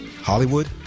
Hollywood